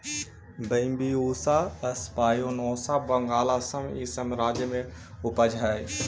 Bambusa spinosa Bengal, Assam इ सब राज्य में उपजऽ हई